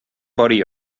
body